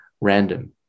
random